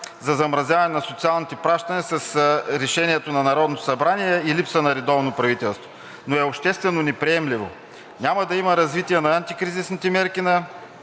за замразяване на социалните плащания с решението на Народното събрание и липса на редовно правителство, но е обществено неприемливо. Няма да има развитие на антикризисните мерки, на